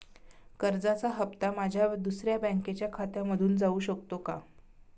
कर्जाचा हप्ता माझ्या दुसऱ्या बँकेच्या खात्यामधून जाऊ शकतो का?